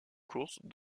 courses